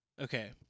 Okay